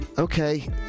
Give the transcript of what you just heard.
Okay